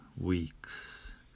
weeks